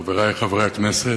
חברי חברי הכנסת,